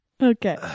Okay